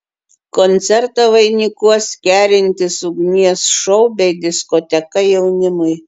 koncertą vainikuos kerintis ugnies šou bei diskoteka jaunimui